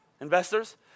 investors